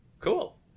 Cool